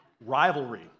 Rivalry